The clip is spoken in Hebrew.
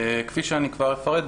כפי שכבר אפרט,